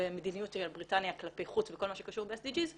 במדיניות של בריטניה כלפי חוץ בכל מה שקשור ל-SDGs.